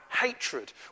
hatred